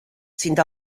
sind